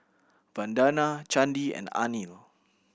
Vandana Chandi and Anil